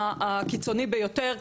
הקיצוני ביותר,